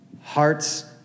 Hearts